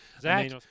Zach